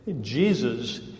Jesus